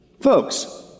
Folks